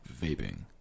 vaping